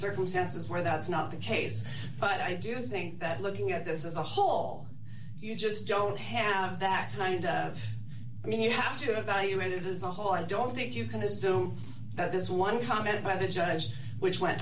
circumstances where that's not the case but i do think that looking at this as a whole you just don't have that kind of i mean you have to evaluate it is a whole i don't think you can assume that this one comment by the judge which went